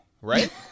right